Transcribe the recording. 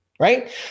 right